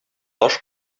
таш